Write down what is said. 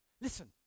Listen